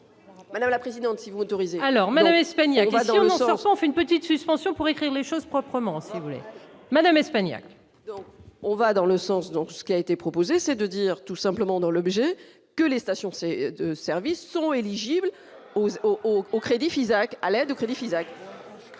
Voilà la présidente si vous autorisez. Alors Madame Espagnac ne sort enfin une petite suspension pour écrire les choses proprement si voulez Madame Espagnac. On va dans le sens, donc ce qui a été proposé, c'est de dire tout simplement dans l'objet que les stations ces 2 services seront éligibles au au au au Crédit Fisac allait de crédit FISA.